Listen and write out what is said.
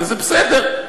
וזה בסדר,